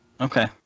Okay